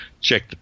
check